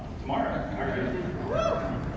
tomorrow